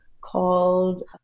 called